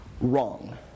wrong